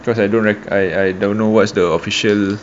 because I don't like I don't don't know what's the official